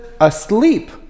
asleep